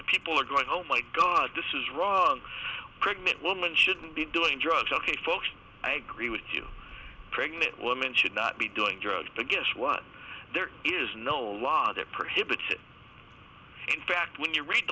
to people are going oh my god this is wrong pregnant woman should be doing drugs i agree with you pregnant women should not be doing drugs but guess what there is no law that prohibits it in fact when you read